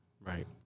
Right